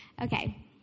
Okay